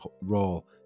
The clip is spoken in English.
role